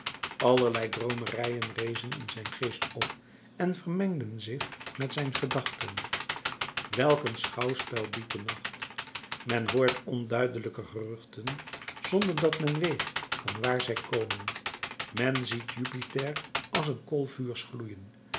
allerlei droomerijen rezen in zijn geest op en vermengden zich met zijn gedachten welk een schouwspel biedt de nacht men hoort onduidelijke geruchten zonder dat men weet van waar zij komen men ziet jupiter als een kool vuurs gloeien